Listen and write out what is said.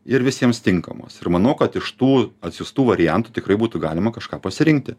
ir visiems tinkamos ir manau kad iš tų atsiųstų variantų tikrai būtų galima kažką pasirinkti